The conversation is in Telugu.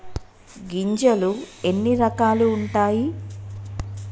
గింజలు ఎన్ని రకాలు ఉంటాయి?